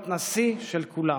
להיות נשיא של כולם.